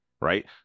right